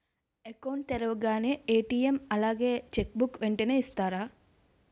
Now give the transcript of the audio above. Account తెరవగానే ATM అలాగే cheque book వెంటనే ఇస్తారా?